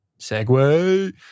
segue